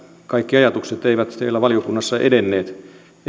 kaikki ajatukset eivät siellä valiokunnassa edenneet